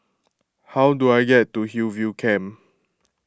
how do I get to Hillview Camp